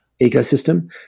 ecosystem